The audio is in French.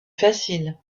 facile